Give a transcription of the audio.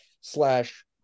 slash